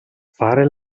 fare